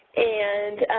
and